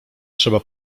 trzeba